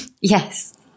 yes